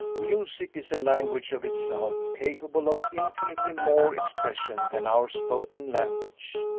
music is a language of itself, capable of infinitely more expression than our spoken language.